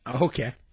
okay